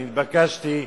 ונתבקשתי,